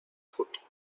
foot